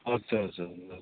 हजुर हजुर हजुर